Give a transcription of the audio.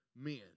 men